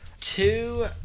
two